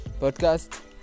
podcast